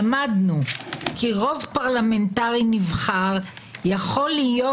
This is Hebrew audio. למדנו כי רוב פרלמנטרי נבחר יכול להיות